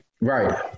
Right